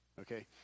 okay